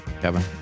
kevin